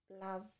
love